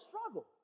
struggle